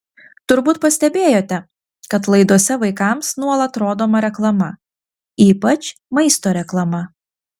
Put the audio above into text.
turbūt pastebėjote kad laidose vaikams nuolat rodoma reklama ypač maisto reklama